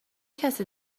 کسی